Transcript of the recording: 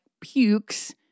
pukes